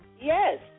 Yes